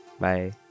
bye